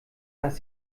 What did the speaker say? dass